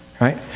Right